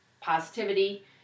positivity